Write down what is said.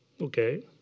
Okay